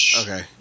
Okay